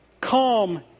calm